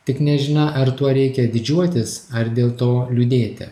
tik nežinia ar tuo reikia didžiuotis ar dėl to liūdėti